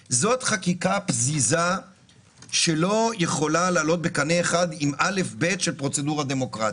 חקיקה פזיזה שלא יכולה לעלות בקנה אחד עם אלף בית של פרוצדורה דמוקרטית.